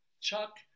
Chuck